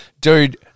Dude